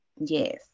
Yes